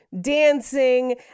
dancing